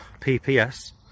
PPS